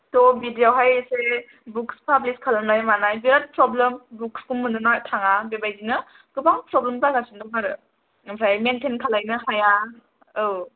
थ' बिदिआवहाय इसे बुक्स पाब्लिश खालामनाय मानाय बिराद प्रब्लेम बुक्स खौ मोननो थाङा बेबायदिनो गोबां प्रब्लेम जागासिन दं आरो ओमफ्राय मेन्टेन्ड खालायनो हाया औ